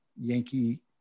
Yankee